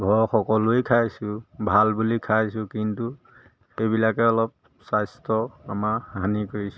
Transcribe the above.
ঘৰৰ সকলোৱে খাইছোঁ ভাল বুলি খাইছোঁ কিন্তু সেইবিলাকে অলপ স্বাস্থ্য আমাৰ হানি কৰিছে